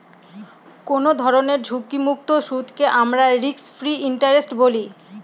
কোনো ধরনের ঝুঁকিমুক্ত সুদকে আমরা রিস্ক ফ্রি ইন্টারেস্ট বলি